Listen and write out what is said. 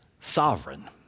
sovereign